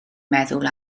meddwl